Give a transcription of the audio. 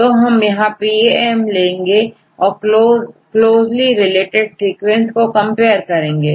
तो हम यहांPAM लेंगे और क्लोज ली रिलेटेड सीक्वेंस से कंपेयर करेंगे